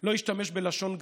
לא השתמש בלשון גסה,